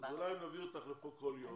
--- אז אולי נביא אותך לפה כל יום,